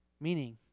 Meaning